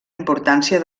importància